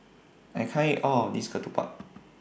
I can't eat All of This Ketupat